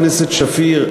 חברת הכנסת שפיר,